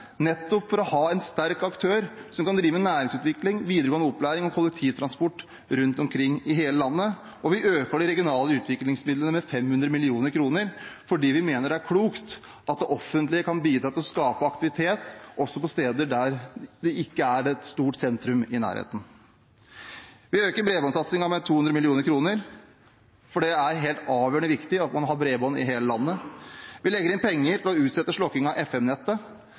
nettopp for å ha en sterk aktør som kan drive næringsutvikling, videregående opplæring og kollektivtransport rundt omkring i hele landet. Og vi øker de regionale utviklingsmidlene med 500 mill. kr, fordi vi mener det er klokt at det offentlige kan bidra til å skape aktivitet også på steder der det ikke er et stort sentrum i nærheten. Vi øker bredbåndsatsingen med 200 mill. kr, for det er helt avgjørende viktig at man har bredbånd i hele landet. Vi legger inn penger til å utsette slokkingen av